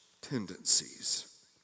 tendencies